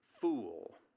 fool